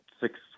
six